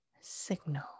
signal